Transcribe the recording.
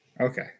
Okay